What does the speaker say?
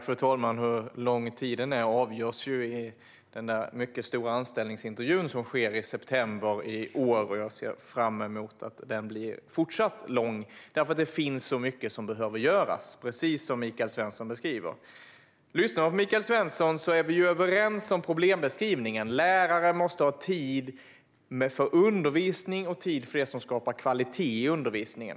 Fru talman! Hur lång tid vi har på oss avgörs i den där mycket stora anställningsintervjun i september i år. Jag ser fram emot att tiden ska fortsätta vara lång. Det finns så mycket som behöver göras, precis som Michael Svensson beskriver. När jag lyssnar på Michael Svensson förstår jag att vi är överens om problembeskrivningen. Lärare måste ha tid för undervisning och för det som skapar kvalitet i undervisningen.